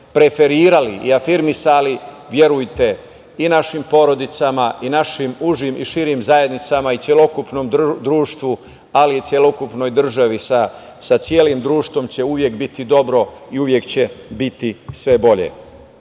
preferirali i afirmisali, verujte i našim porodicama i našim užim i širim zajednicama i celokupnom društvu, ali i celokupnoj državi, sa celim društvom će uvek biti dobro i uvek će biti sve bolje. Dame